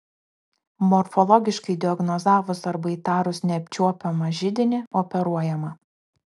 morfologiškai diagnozavus arba įtarus neapčiuopiamą židinį operuojama